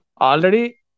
Already